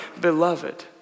Beloved